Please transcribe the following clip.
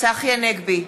צחי הנגבי,